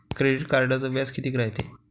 Credit कार्डचं व्याज कितीक रायते?